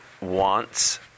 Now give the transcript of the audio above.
wants